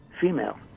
Female